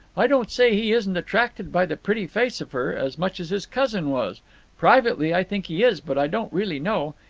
i don't say he isn't attracted by the pretty face of her, as much as his cousin was privately i think he is, but i don't really know.